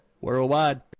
Worldwide